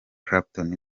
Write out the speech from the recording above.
clapton